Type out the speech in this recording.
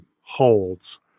holds